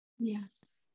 Yes